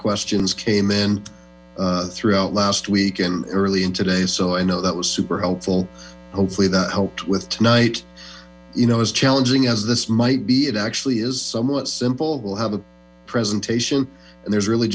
questions came in throughout last week and early in today so i know that was super helpful hopefully that helped with tonight you know as challenging as this might be it actually is somewhat simple we'll have a presentation and there's really